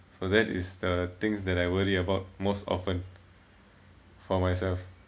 so that is the things that I worry about most often for myself